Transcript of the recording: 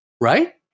right